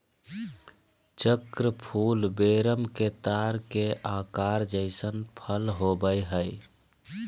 चक्र फूल वेरम के तार के आकार जइसन फल होबैय हइ